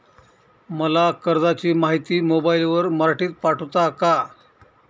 मला कर्जाची माहिती मोबाईलवर मराठीत पाठवता का?